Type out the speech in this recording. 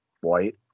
white